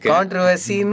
Controversy